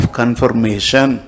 confirmation